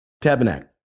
Tabernacle